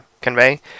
convey